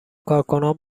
کارکنان